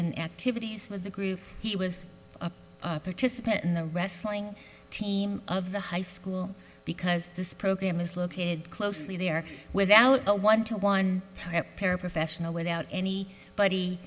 and activities with the group he was a participant in the wrestling team of the high school because this program is located closely there without a one to one paraprofessional without any b